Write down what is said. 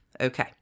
Okay